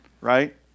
right